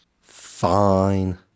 Fine